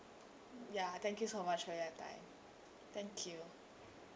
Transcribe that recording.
ya thank you so much for your time thank you